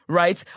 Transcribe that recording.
right